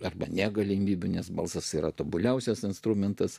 arba ne galimybių nes balsas yra tobuliausias instrumentas